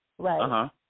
Right